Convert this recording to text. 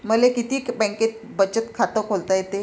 मले किती बँकेत बचत खात खोलता येते?